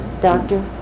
Doctor